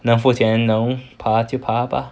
能付钱能爬就爬吧